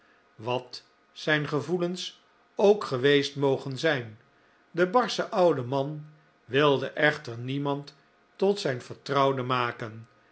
wat zijn gevoelens ook geweest mogen zijn de barsche oude man wilde echter niemand tot zijn vertrouwde maken